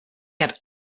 had